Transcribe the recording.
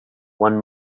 one